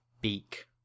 beak